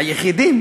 היחידים